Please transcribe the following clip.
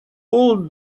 pull